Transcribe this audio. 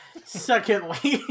Secondly